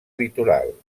litoral